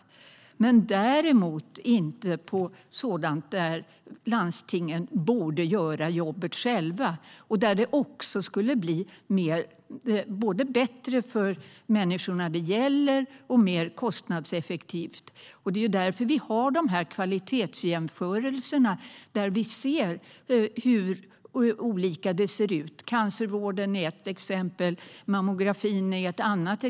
Däremot ska staten inte satsa på sådant där landstingen själva borde göra jobbet. Då blir det både bättre för de människor det gäller och mer kostnadseffektivt. I kvalitetsjämförelserna ser vi hur olika det ser ut. Cancervården är ett exempel, mammografin ett annat.